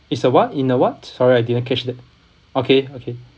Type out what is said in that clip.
it's a what in a what sorry I didn't catch that okay okay